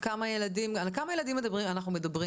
על כמה ילדים אנחנו מדברים?